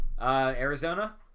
Arizona